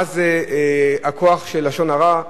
מה זה הכוח של לשון הרע,